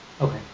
Okay